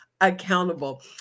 accountable